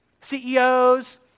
CEOs